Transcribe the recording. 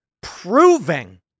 proving